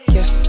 Yes